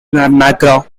mcgraw